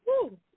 Woo